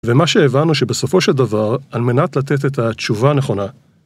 ומה שהבנו שבסופו של דבר, על מנת לתת את התשובה הנכונה.